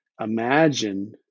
imagine